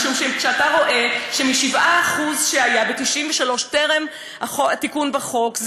משום שאתה רואה שמ-7% שהיו ב-1993 טרם התיקון בחוק,